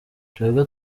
twebwe